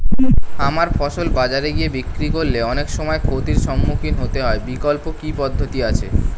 আমার ফসল বাজারে গিয়ে বিক্রি করলে অনেক সময় ক্ষতির সম্মুখীন হতে হয় বিকল্প কি পদ্ধতি আছে?